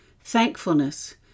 thankfulness